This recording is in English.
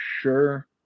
sure